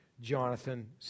Jonathan